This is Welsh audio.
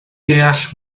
deall